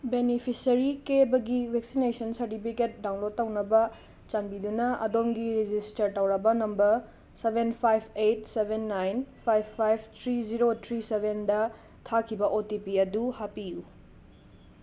beneficiary ꯀꯦꯕꯒꯤ vaccination certificate download ꯇꯧꯅꯕ ꯆꯥꯟꯕꯤꯗꯨꯅ ꯑꯗꯣꯝꯒꯤ ꯔꯦꯒꯤꯁꯇꯔ ꯇꯧꯔꯕ number seven five eight seven nine five five three zero three ꯁꯕꯦꯟꯗ ꯊꯥꯈꯤꯕ ꯑꯣ ꯇꯤ ꯄꯤ ꯑꯗꯨ ꯍꯥꯞꯄꯤꯌꯨ